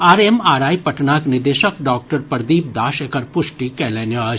RMRI पटनाक निदेशक doctor Pradeep Das एकर पुष्टि कयलनि अछि